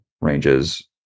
ranges